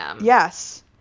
Yes